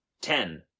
Ten